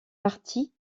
partie